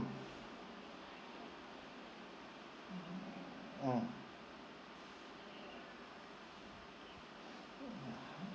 mm